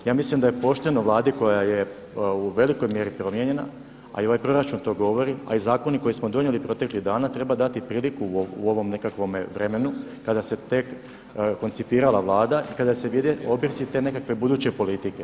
Ja mislim da je pošteno Vladi koja je u velikoj mjeri promijenjena, a i ovaj proračun to govori, a i zakoni koje smo donijeli proteklih dana treba dati priliku u ovom nekakvome vremenu kada se tek koncipirala Vlada i kada se vide obrisi te nekakve buduće politike.